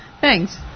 thanks